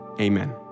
Amen